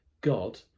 God